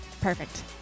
Perfect